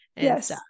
Yes